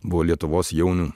buvo lietuvos jaunių